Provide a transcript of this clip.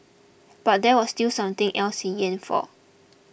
but there was still something else he yearned for